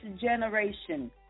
generation